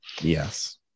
Yes